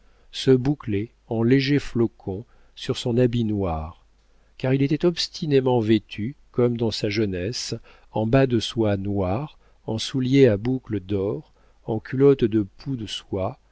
se bouclaient en légers flocons sur son habit noir car il était obstinément vêtu comme dans sa jeunesse en bas de soie noirs en souliers à boucles d'or en culotte de pou de soie